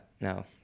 no